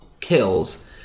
kills